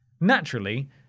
Naturally